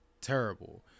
terrible